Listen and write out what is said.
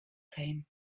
came